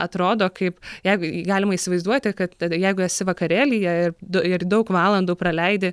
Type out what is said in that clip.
atrodo kaip jeigu galima įsivaizduoti kad jeigu esi vakarėlyje ir du ir daug valandų praleidi